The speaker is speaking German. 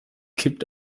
kippt